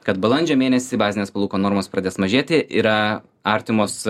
kad balandžio mėnesį bazinės palūkanų normos pradės mažėti yra artimos